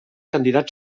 candidat